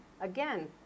Again